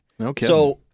Okay